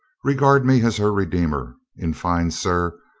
regard me as her redeemer. in fine, sir,